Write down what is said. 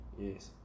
yes